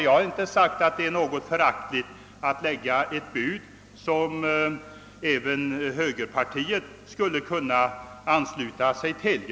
Jag har inte påstått att det är föraktligt att lägga ett bud som även högerpartiet skulle kunna ansluta sig till.